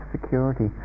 security